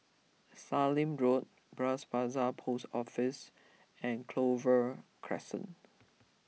Sallim Road Bras Basah Post Office and Clover Crescent